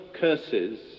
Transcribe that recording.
curses